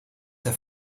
der